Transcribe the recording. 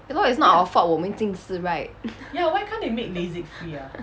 ya lor it's not our fault 我们近视 right